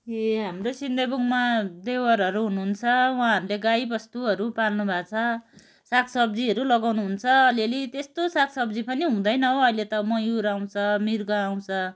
ए हाम्रो सिन्देबुङमा देवरहरू हुनुहुन्छ उहाँहरूले गाई बस्टुहरू पाल्नु भएको छ साग सब्जीहरू लगाउनुहुन्छ अलिअलि त्यस्तो साग सब्जी पनि हुँदैन हौ अहिले त मयूर आउँछ मृग आउँछ